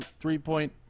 Three-point